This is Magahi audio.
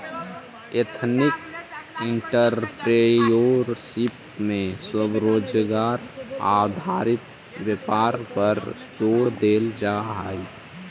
एथनिक एंटरप्रेन्योरशिप में स्वरोजगार आधारित व्यापार पर जोड़ देल जा हई